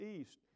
East